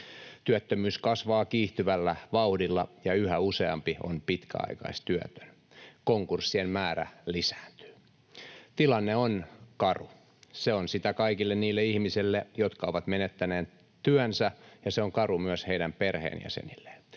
Työttömyys kasvaa kiihtyvällä vauhdilla, ja yhä useampi on pitkäaikaistyötön. Konkurssien määrä lisääntyy. Tilanne on karu. Se on sitä kaikille niille ihmisille, jotka ovat menettäneet työnsä, ja se on karu myös heidän perheenjäsenilleen.